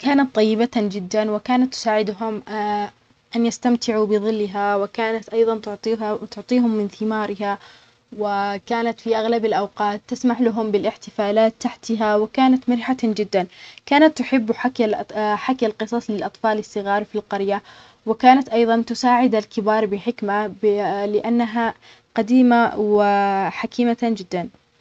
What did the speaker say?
في أحد الأيام، كانت هناك شجرة تقدر تتكلم مع الناس اللي يقربون منها. لقاها طفل صغير كان يلعب في الغابة، وسألها عن أسرارها. بدأت الشجرة تروي له قصص قديمة وتعلمه كيف يعتني بالطبيعة. وكلما رجع لها، صار يعرف أكثر عن أسرار الأرض والحياة.